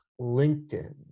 LinkedIn